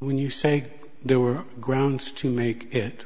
when you say there were grounds to make it